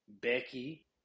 Becky